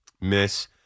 Miss